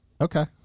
Okay